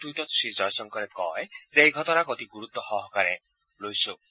এটা টুইটত শ্ৰীজয়শংকৰে কয় যে এই ঘটনাক আমি অতি গুৰুত্ব সহকাৰে লৈছো